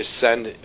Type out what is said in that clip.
send